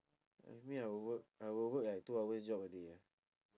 if me I will work I will work like two hours job a day ah